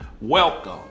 Welcome